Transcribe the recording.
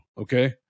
okay